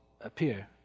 appear